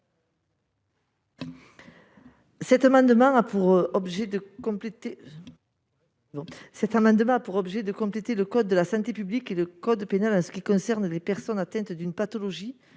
Cet amendement a pour objet de compléter le code de la santé publique et le code pénal s'agissant des personnes atteintes d'une pathologie